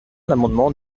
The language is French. l’amendement